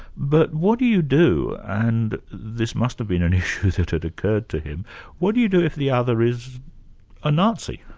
but what do you do and this must have been an issue that had occurred to him what do you do if the other is a nazi?